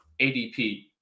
ADP